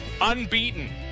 Unbeaten